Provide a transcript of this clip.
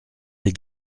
des